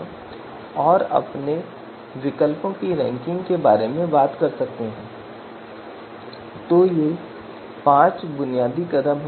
चूँकि हमारे पास n विकल्प हैं उन सभी अंकों के वर्गों को जोड़ दिया जाता है और फिर वर्गमूल लिया जाता है